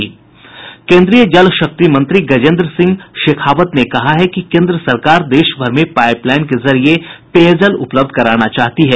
केंद्रीय जल शक्ति मंत्री गजेंद्र सिंह शेखावत ने कहा है कि केंद्र सरकार देशभर में पाइपलाईन के जरिये पेयजल उपलब्ध कराना चाहती है